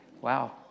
wow